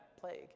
plague